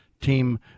team